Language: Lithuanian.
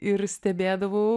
ir stebėdavau